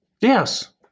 Yes